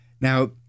Now